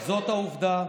זאת עובדה.